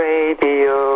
Radio